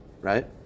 right